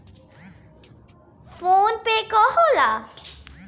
PhonePe का होला?